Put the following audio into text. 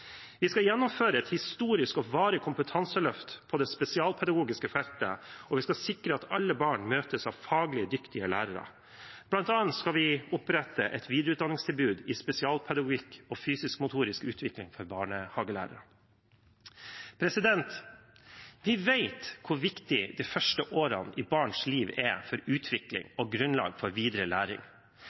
Vi skal gjennomføre et historisk og varig kompetanseløft på det spesialpedagogiske feltet, og vi skal sikre at alle barn møtes av faglig dyktige lærere. Blant annet skal vi opprette et videreutdanningstilbud i spesialpedagogikk og fysisk-motorisk utvikling for barnehagelærere. Vi vet hvor viktige de første årene i barns liv er for utvikling og grunnlag for videre læring.